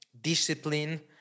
discipline